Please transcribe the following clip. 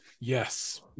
Yes